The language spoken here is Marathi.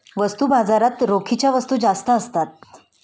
वस्तू बाजारात रोखीच्या वस्तू जास्त असतात